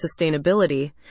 sustainability